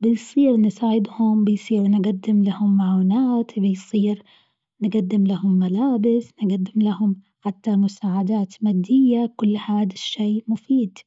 بيصير نساعدهم بيصير نقدم لهم معونات بيصير نقدم لهم ملابس نقدم لهم حتى مساعدات مادية كل هذا الشيء مفيد.